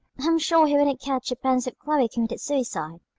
i'm sure he wouldn't care tuppence if chloe committed suicide.